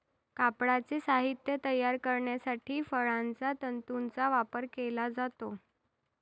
कापडाचे साहित्य तयार करण्यासाठी फळांच्या तंतूंचा वापर केला जातो